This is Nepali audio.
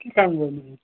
के काम गर्नु